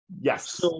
Yes